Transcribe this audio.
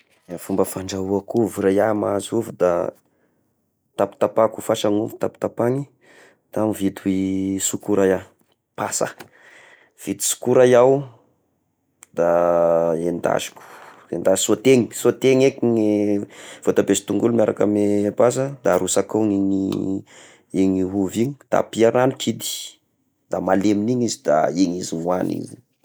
I fomba fandrahoako ovy raha iaho mahazo ovy da tapatapahiko fasa ny ovy tapatapahiny, da mividy sokora iaho pasa, vidy sokora iaho da endasiko enda- sôtegna sôtegna eky ny voatabia sy tongolo miaraka amy a pasa da arosaka ao igny igny ovy igny da ampià ragno kidy da malemin' igny izy da igny izy no hoagniny.